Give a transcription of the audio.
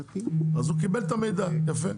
אז הוא קיבל את המידע, יפה.